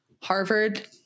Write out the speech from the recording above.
Harvard